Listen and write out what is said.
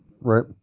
right